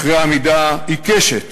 אחרי עמידה עיקשת